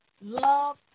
love